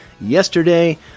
yesterday